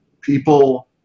people